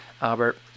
albert